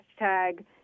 hashtag